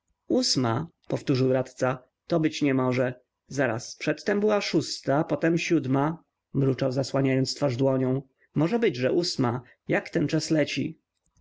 ósma powtórzył radca to być nie może zaraz przed tem była szósta potem siódma mruczał zasłaniając twarz dłonią może być że ósma jak ten czas leci